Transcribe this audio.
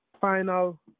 final